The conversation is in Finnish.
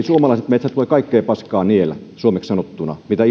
suomalaiset metsät voi kaikkea paskaa niellä suomeksi sanottuna mitä